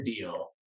deal